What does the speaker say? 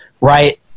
right